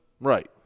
Right